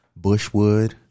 Bushwood